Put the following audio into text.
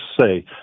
say